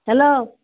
hello